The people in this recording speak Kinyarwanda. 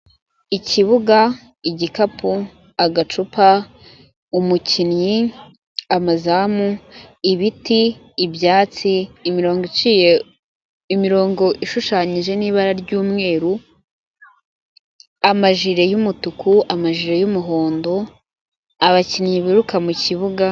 Ikibuga, igikapu, agacupa umukinnyi, amazamu, ibiti, ibyatsi, imirongo iciye, imirongo ishushanyije n'ibara ry'umweru amajire umutuku, amajire y'umuhondo abakinnyi biruka mu kibuga.